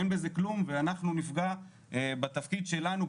אין בזה כלום ואנחנו נפגע בתפקיד שלנו,